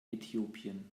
äthiopien